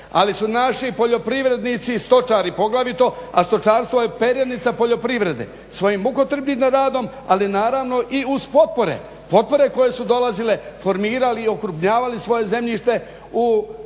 ali su naši poljoprivrednici i stočari poglavito, a stočarstvo je perjanica poljoprivrede svojim mukotrpnim radom, ali naravno i uz potpore, potpore koje su dolazile formirali i okrupnjavali svoje zemljište u, dakle povećavali